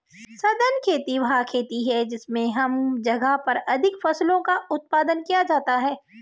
सघन खेती वह खेती है जिसमें कम जगह पर अधिक फसलों का उत्पादन किया जाता है